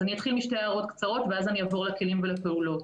אני אתחיל משתי ההערות הקצרות ואחר כך אני אעבור לכלים ולפעולות.